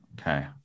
okay